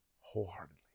wholeheartedly